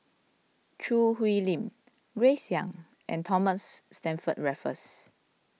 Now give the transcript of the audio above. Choo Hwee Lim Grace Young and Thomas Stamford Raffles